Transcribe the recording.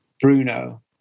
Bruno